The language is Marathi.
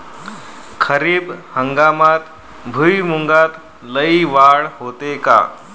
खरीप हंगामात भुईमूगात लई वाढ होते का?